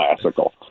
classical